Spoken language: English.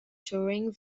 touring